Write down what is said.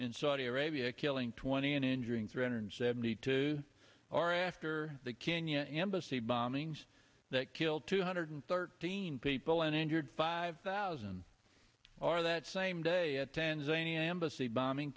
in saudi arabia killing twenty and injuring three hundred seventy two or after the kenya embassy bombings that killed two hundred thirteen people and injured five thousand or that same day at tanzania embassy bombing